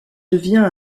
devient